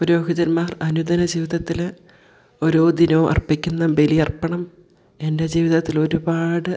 പുരോഹിതന്മാർ അനുദിന ജീവിതത്തിൽ ഓരോ ദിനവും അർപ്പിക്കുന്ന ബലി അർപ്പണം എൻ്റെ ജീവിതത്തിൽ ഒരുപാട്